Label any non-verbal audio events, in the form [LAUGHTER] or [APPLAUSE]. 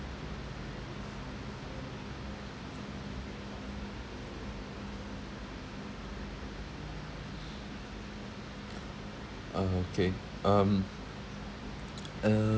orh okay um [NOISE] uh